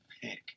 pick